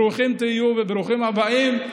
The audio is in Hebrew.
ברוכים תהיו, וברוכים הבאים.